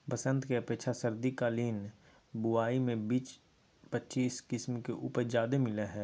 बसंत के अपेक्षा शरदकालीन बुवाई में बीस पच्चीस किस्म के उपज ज्यादे मिलय हइ